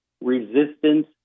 Resistance